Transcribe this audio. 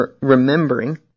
remembering